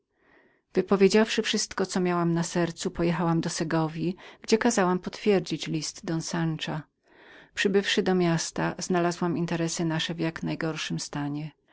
piekło wypowiedziawszy wszystko co miałam na sercu pojechałam do segowji gdzie kazałam potwierdzić list don sansza przybywszy do miasta znalazłam interesa nasze w jak najgorszym stanie